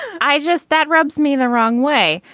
i just that rubs me the wrong way.